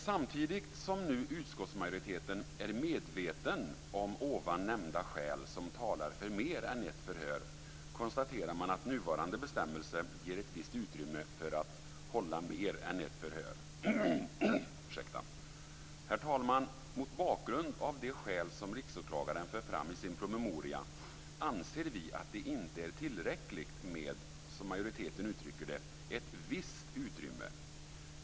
Samtidigt som utskottsmajoriteten är medveten om ovan nämnda skäl som talar för mer än ett förhör konstaterar man att nuvarande bestämmelse ger ett visst utrymme för att hålla mer än ett förhör. Herr talman, mot bakgrund av de skäl som Riksåklagaren för fram i sin promemoria anser vi att det inte är tillräckligt med, som majoriteten uttrycker det, ett "visst" utrymme.